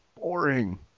boring